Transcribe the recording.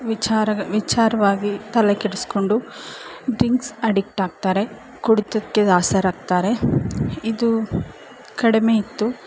ವಿಚಾರ ವಿಚಾರವಾಗಿ ತಲೆ ಕೆಡಿಸ್ಕೊಂಡು ಡ್ರಿಂಕ್ಸ್ ಅಡಿಕ್ಟಾಗ್ತಾರೆ ಕುಡಿತಕ್ಕೆ ದಾಸರಾಗ್ತಾರೆ ಇದು ಕಡಿಮೆಯಿತ್ತು